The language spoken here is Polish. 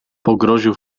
pogroził